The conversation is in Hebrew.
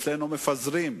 ואצלנו מפזרים.